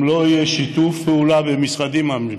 אם לא יהיה שיתוף פעולה בין המשרדים הממשלתיים,